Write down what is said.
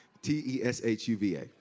T-E-S-H-U-V-A